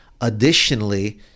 Additionally